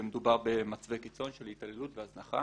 מדובר במצבי קיצון של התעללות והזנחה.